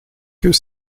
que